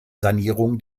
sanierung